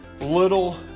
little